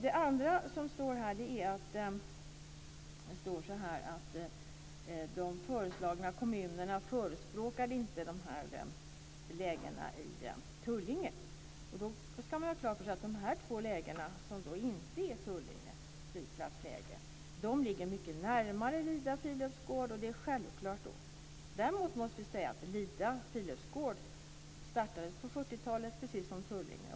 Det andra som står i svaret lyder så här: De föreslagna kommunerna förespråkar inte de här lägena i Tullinge. Då ska man ha klart för sig att de två lägen som inte är Tullinge flygplats finns mycket närmare Lida friluftsgård. Detta är därför självklart. Däremot måste jag säga att Lida friluftsgård startade på 40 talet precis som Tullinge flygplats.